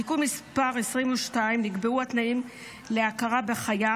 בתיקון מס' 22 נקבעו התנאים להכרה בחיה